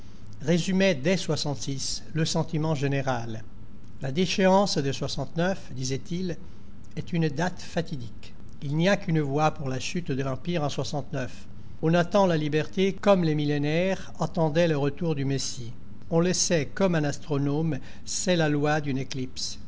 résumait dès le sentiment général la déchéance de disait-il est une date fatidique il n'y a qu'une voix pour la chute de l'empire en n attend la liberté comme les millénaires attendaient le retour du messie on le sait comme un astronome sait la loi d'une éclipse